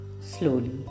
slowly